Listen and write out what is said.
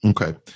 Okay